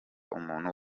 umuntu